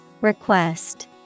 Request